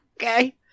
Okay